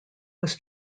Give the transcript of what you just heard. was